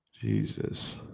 Jesus